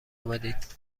آمدید